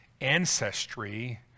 ancestry